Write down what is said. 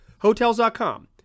Hotels.com